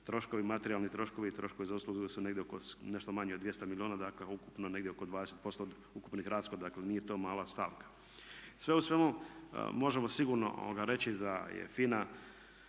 ukupni materijalni troškovi i troškovi za usluge su negdje nešto manji od 200 milijuna, dakle ukupno negdje oko 20% od ukupnih rashoda. Dakle, nije to mala stavka. Sve u svemu možemo sigurno reći da je FINA